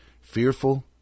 fearful